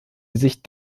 sich